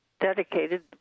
dedicated